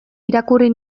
irakurri